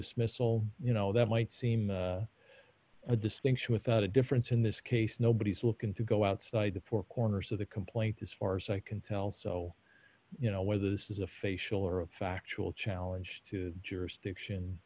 dismissal you know that might seem a distinction without a difference in this case nobody's wilkinson go outside the four corners of the complaint as far as i can tell so you know whether this is a facial or a factual challenge to jurisdiction